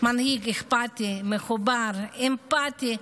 מנהיג אכפתי, מחובר, אמפתי,